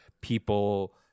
people